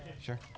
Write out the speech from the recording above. sure